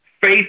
Faith